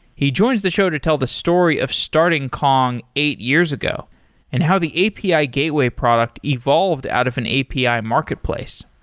he joins the show to tell the story of starting kong eight years ago and how the api ah gateway product evolved out of an api ah marketplace.